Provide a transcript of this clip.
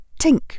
tink